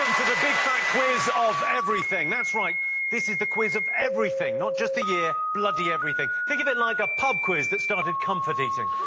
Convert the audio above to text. the big fat quiz of everything. that's right this is the quiz of everything, not just the year, bloody everything. think of it like a pub quiz that started comfort eating.